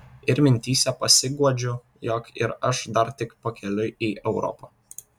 ir mintyse pasiguodžiu jog ir aš dar tik pakeliui į europą